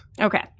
Okay